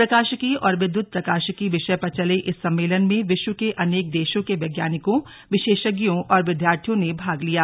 प्रकाशिकी और विद्युत प्रकाशिकी विषय पर चले इस सम्मेलन में विश्व के अनेक देशों के वैज्ञानिकों विशेषज्ञों और विद्यार्थियों ने भाग लिया